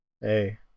Hey